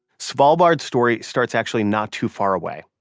svalbard story starts actually not too far away,